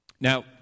Now